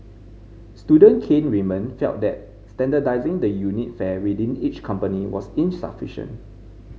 student Kane Raymond felt that standardising the unit fare within each company was insufficient